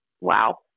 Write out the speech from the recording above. wow